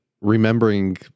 remembering